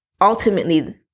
ultimately